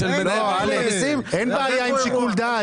בעל מקצוע --- אין בעיה עם שיקול דעת,